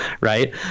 right